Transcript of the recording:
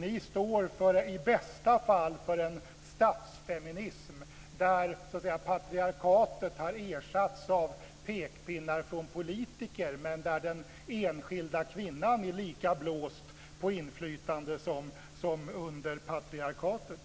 Ni står - i bästa fall - för en statsfeminism där patriarkatet har ersatts av pekpinnar från politiker, men där den enskilda kvinnan är lika blåst på inflytande som hon var under patriarkatet.